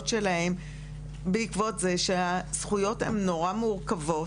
שלהם בעקבות זה שהזכויות הן נורא מורכבות.